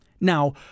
Now